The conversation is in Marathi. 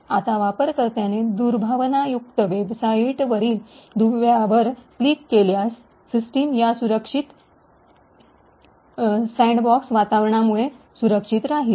आता वापरकर्त्याने दुर्भावनायुक्त वेबसाइटवरील लिंकवर क्लिक केल्यास सिस्टम या सुरक्षित सॅन्डबॉक्स वातावरणामुळे सुरक्षित राहील